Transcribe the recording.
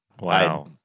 Wow